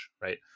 right